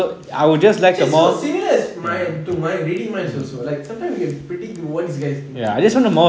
is just so it's similar as to mind reading minds also like sometime we can predict what this guy is thinking